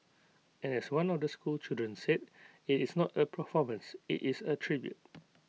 and as one of the schoolchildren said IT is not A performance IT is A tribute